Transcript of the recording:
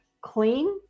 clean